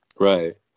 Right